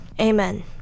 amen